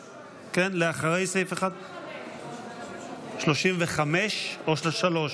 1. 35 או 33?